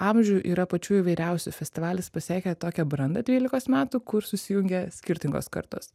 amžių yra pačių įvairiausių festivalis pasiekė tokią brandą dvylikos metų kur susijungia skirtingos kartos